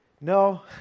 no